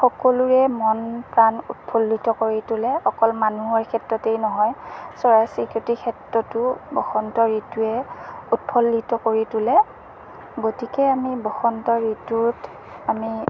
সকলোৰে মন প্ৰাণ উৎফুল্লিত কৰি তোলে অকল মানুহৰ ক্ষেত্ৰতেই নহয় চৰাই চিৰিকটিৰ ক্ষেত্ৰতো বসন্ত ঋতুৱে উৎফুল্লিত কৰি তোলে গতিকে আমি বসন্ত ঋতুত আমি